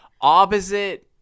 opposite